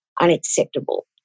unacceptable